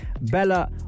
bella